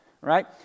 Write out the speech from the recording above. right